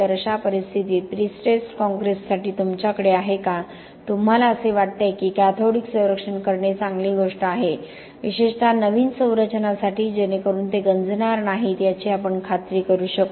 तर अशा परिस्थितीत प्री स्ट्रेस्ड कॉंक्रिटसाठी तुमच्याकडे आहे का तुम्हाला असे वाटते की कॅथोडिक संरक्षण करणे चांगली गोष्ट आहे विशेषत नवीन संरचनांसाठी जेणेकरून ते गंजणार नाहीत याचीआपण खात्री करू शकू